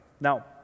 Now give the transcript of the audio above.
Now